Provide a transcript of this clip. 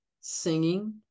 singing